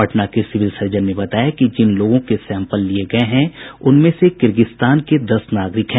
पटना के civil surgeon ने बताया कि जिन लोगों के सैंपल लिये गये हैं उनमें से किर्गिस्तान के दस नागरिक हैं